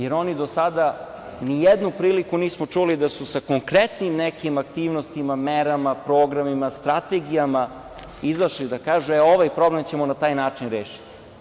Jer, do sada nijednom prilikom nismo čuli da su oni sa konkretnim nekim aktivnostima, merama, programima, strategijama izašli da kažu – e, ovaj problem ćemo na taj način rešiti.